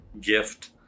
gift